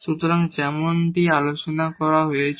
সুতরাং যেমনটি আলোচনা করা হয়েছে